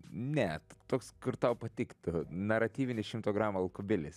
net toks kur tau patiktų naratyvinis šimto gramų olkubilis